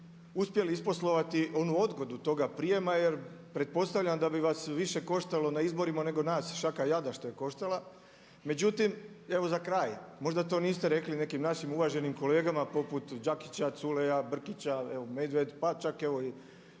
uspjeli isposlovati onu odgodu toga prijema jer pretpostavljam da bi vas više koštalo na izborima nego nas šaka jada što je koštala. Međutim evo za kraj, možda to niste rekli nekim našim uvaženim kolegama poput Đakića, Culeja, Brkića evo Medved, pa čak evo i